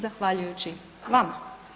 Zahvaljujući vama.